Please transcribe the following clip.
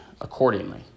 accordingly